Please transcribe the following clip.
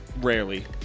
rarely